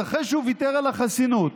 אז אחרי שהוא ויתר על חסינות